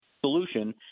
solution